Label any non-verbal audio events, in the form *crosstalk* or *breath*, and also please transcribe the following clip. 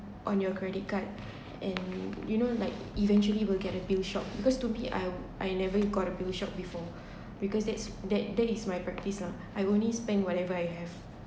on your credit card and you know like eventually will get the bill shock because to me I I never got a bill shock before *breath* because that's that that is my practice lah I only spend whatever I have